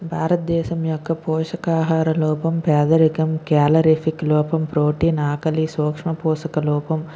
భారతదేశం యొక్క పోషకాహార లోపం పేదరికం క్యాలరిఫిక్ లోపం ప్రోటీన్ ఆకలి సూక్ష్మ పోషక లోపం